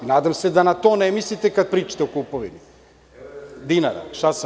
Nadam se da na to ne mislite kada pričate o kupovini glasova.